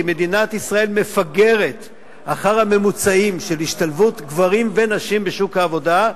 כי מדינת ישראל מפגרת אחר הממוצעים של השתלבות גברים ונשים בשוק העבודה,